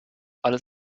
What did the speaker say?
alles